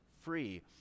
free